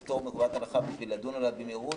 פטור מחובת הנחה כדי לדון עליו במהירות.